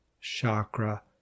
chakra